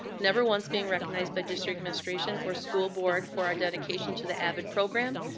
never once being recognized by district administration or school board for our dedication to the avid program,